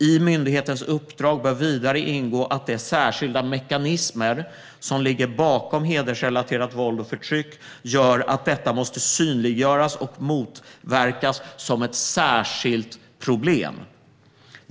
I myndighetens uppdrag bör vidare ingå att de särskilda mekanismer som ligger bakom hedersrelaterat våld och förtryck gör att detta måste synliggöras och motverkas som ett särskilt problem.